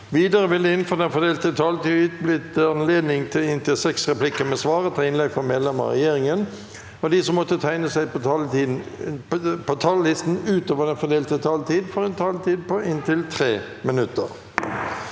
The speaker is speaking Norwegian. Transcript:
Videre vil det – innenfor den fordelte taletid – bli gitt anledning til inntil seks replikker med svar etter innlegg fra medlemmer av regjeringen, og de som måtte tegne seg på talerlisten utover den fordelte taletid, får en taletid på inntil 3 minutter.